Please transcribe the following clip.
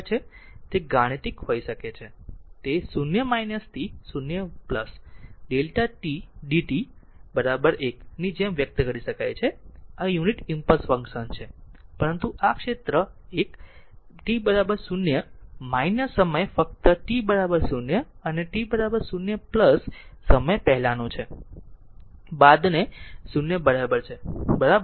તે ગાણિતિક હોઈ શકે છે તે 0 થી 0 Δ t d t 1ની જેમ વ્યક્ત કરી શકાય છે આ યુનિટ ઈમ્પલસ ફંક્શન છે પરંતુ આ ક્ષેત્ર 1 t 0 સમય ફક્ત t 0 અને t 0 સમય પહેલાનો છે બાદની 0 બરાબર છે બરાબર